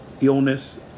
illness